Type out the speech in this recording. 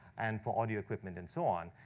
and for audio equipment, and so on.